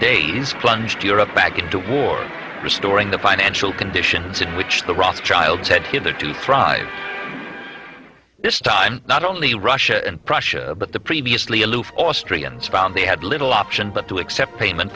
days plunged europe back into war restoring the financial conditions in which the rothschilds had give their to thrive this time not only russia and prussia but the previously aloof austrians found they had little option but to accept payment